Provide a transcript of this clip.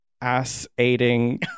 ass-aiding